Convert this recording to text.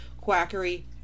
quackery